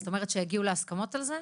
זאת אומרת שהגיעו להסכמות על זה?